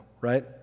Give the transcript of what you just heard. right